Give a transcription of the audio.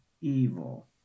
evil